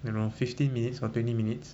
you know fifteen minutes for twenty minutes